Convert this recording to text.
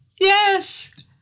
yes